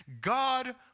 God